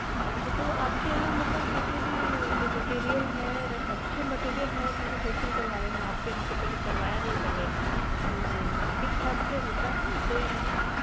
अच्छा तो आपके यहाँ मतलब जितने भी जो मटीरियल है अच्छे मटीरियल है क्योंकि फैशियल करवा रहे हैं आपके यहाँ तो मैंने करवाया नहीं पहले तो ठीक ठाक से होता है कोई